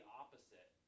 opposite